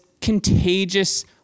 contagious